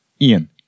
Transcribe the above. Ian